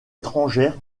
étrangère